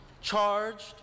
charged